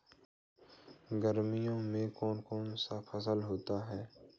गर्मियों में कौन कौन सी फसल होती है?